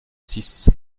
six